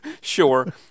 Sure